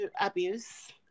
abuse